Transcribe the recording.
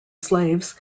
slaves